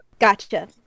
Gotcha